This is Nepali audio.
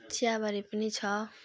चियाबारी पनि छ